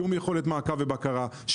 שום יכולת מעקב ובקרה,